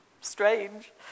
strange